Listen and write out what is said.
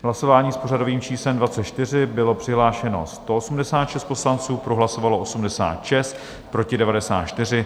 V hlasování s pořadovým číslem 24 bylo přihlášeno 186 poslanců, pro hlasovalo 86, proti 94.